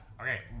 Okay